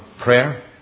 prayer